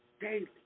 daily